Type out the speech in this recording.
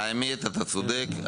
האמת, אתה צודק.